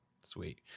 Sweet